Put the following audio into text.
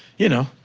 you know,